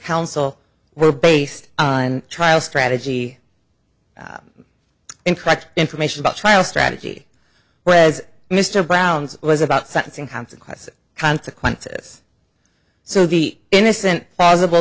counsel were based on trial strategy incorrect information about trial strategy whereas mr brown's was about sentencing consequences consequences so the innocent possible